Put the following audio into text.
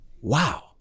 wow